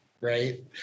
right